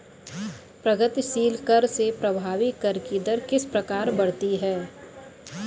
प्रगतिशील कर से प्रभावी कर की दर किस प्रकार बढ़ती है?